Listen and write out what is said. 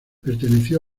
perteneció